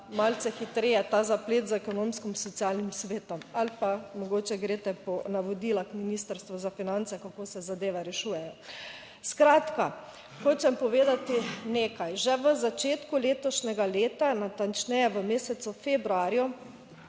malce hitreje ta zaplet z Ekonomsko socialnim svetom ali pa mogoče greste po navodila Ministrstvu za finance, kako se zadeve rešujejo. Skratka, hočem povedati nekaj. Že v začetku letošnjega leta, natančneje v mesecu februarju,